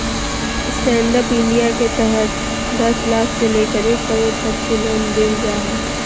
stand up India के तहत दस लाख से लेकर एक करोड़ तक के लोन देल जा हइ